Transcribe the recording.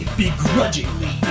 begrudgingly